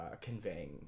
conveying